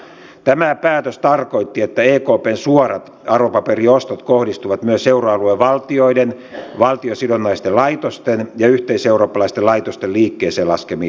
tämä päätös tarkoitti että ekpn suorat arvopaperiostot kohdistuivat myös euroalueen valtioiden valtiosidonnaisten laitosten ja yhteiseurooppalaisten laitosten liikkeeseen laskemiin joukkolainoihin